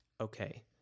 okay